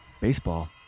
baseball